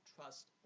trust